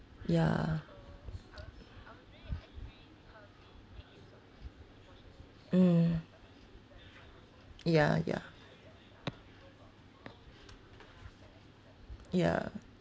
ya mm ya ya ya